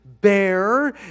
bear